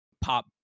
pop